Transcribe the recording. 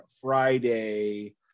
Friday